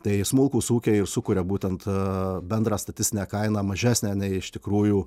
tai smulkūs ūkiai ir sukuria būtent bendrą statistinę kainą mažesnę nei iš tikrųjų